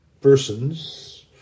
persons